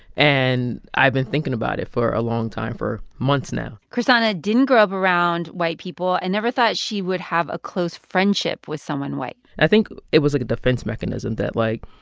and i've been thinking about it for a long time, for months now chrishana didn't grow up around white people and never thought she would have a close friendship with someone white i think it was, like, a defense mechanism, that, like,